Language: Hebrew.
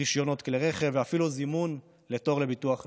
רישיונות כלי רכב ואפילו זימון תור לביטוח לאומי.